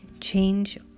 Change